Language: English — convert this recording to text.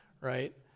right